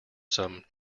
some